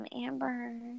Amber